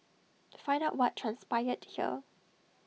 find out what transpired here